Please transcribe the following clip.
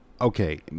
okay